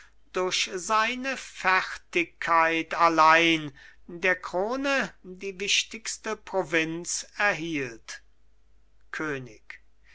durch seine fertigkeit allein der krone die wichtigste provinz erhielt könig